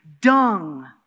Dung